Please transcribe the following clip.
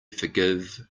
forgive